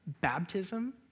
baptism